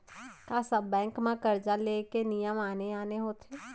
का सब बैंक म करजा ले के नियम आने आने होथे?